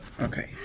okay